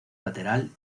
lateral